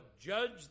judge